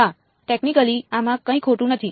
હા ટેકનિકલી આમાં કંઈ ખોટું નથી